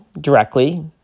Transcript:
directly